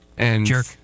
Jerk